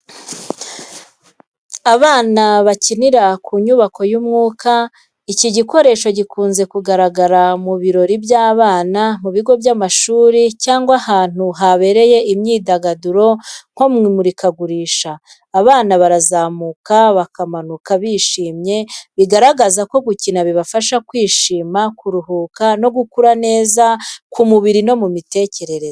Abana bakinira ku nyubako y’umwuka. Iki gikoresho gikunze kugaragara mu birori by’abana, mu bigo by’amashuri cyangwa ahantu habera imyidagaduro nko mu imurikagurisha. Abana barazamuka bakamanuka bishimye, bigaragaza ko gukina bibafasha kwishima, kuruhuka no gukura neza ku mubiri no mu mitekerereze.